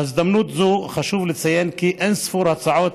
בהזדמנות זו חשוב לציין את אין-ספור ההצעות